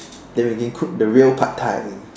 then we can cook the real pad-Thai